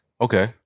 Okay